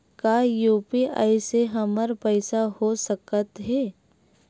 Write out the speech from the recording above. का यू.पी.आई से हमर पईसा हो सकत हे?